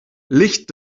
licht